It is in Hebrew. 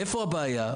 איפה הבעיה?